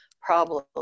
problem